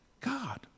God